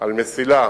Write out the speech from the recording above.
על מסילה